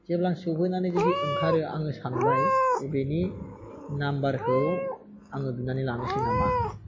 जेब्ला आं सौहोनानै जुदि ओंखारो आङो सानबाय अ बिनि नाम्बारखौ आङो बिनानै लानोसै नामा